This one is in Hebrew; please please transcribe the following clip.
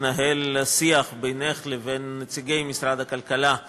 התנהל שיח בינך לבין נציגי משרד הכלכלה על